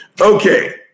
Okay